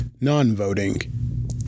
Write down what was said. Non-voting